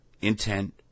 intent